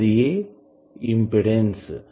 అదియే ఇంపిడెన్సు